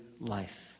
life